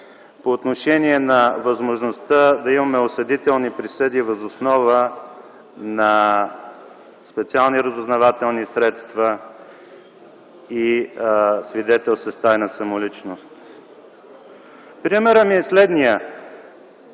по отношение на възможността да има осъдителни присъди въз основа на специални разузнавателни средства и свидетел с тайна самоличност. Примерът ми е следният.